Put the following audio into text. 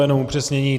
Jenom upřesnění.